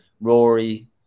Rory